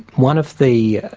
one of the.